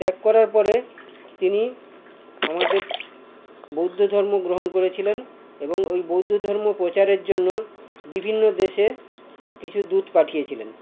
ত্যাগ করার পরে তিনি আমাদের বৌদ্ধধর্ম গ্রহণ করেছিলেন এবং ওই বৌদ্ধধর্ম প্রচারের জন্য বিভিন্ন দেশে কিছু দূত পাঠিয়ে ছিলেন